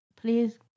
Please